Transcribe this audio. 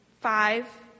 Five